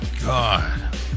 God